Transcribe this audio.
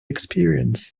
experience